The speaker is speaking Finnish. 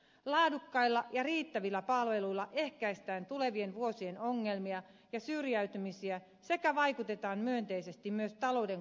laadukkailla ja riittävillä palveluilla ehkäistään tulevien vuosien ongelmia ja syrjäytymisiä sekä vaikutetaan myönteisesti myös talouden kustannuskehitykseen